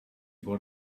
got